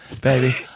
baby